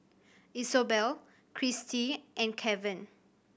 Isobel Christie and Keven